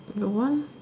your one